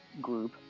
group